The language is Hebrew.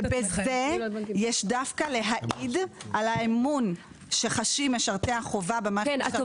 בזה יש דווקא להעיד על האמון שחשים משרתי החובה במערכת המשטרתית.